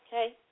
Hey